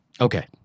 Okay